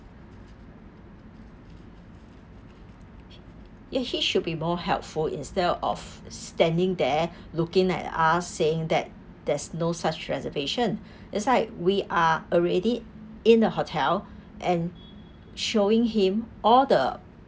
he should be more helpful instead of standing there looking at us saying that there's no such reservation it's like we are already in the hotel and showing him all the